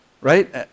right